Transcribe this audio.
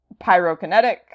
pyrokinetic